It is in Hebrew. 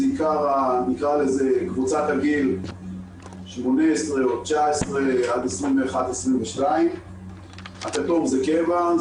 זה עיקר קבוצת הגיל 18 או 19 עד 22-21. הכתום זה קבע,